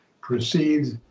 proceeds